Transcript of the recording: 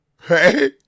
Hey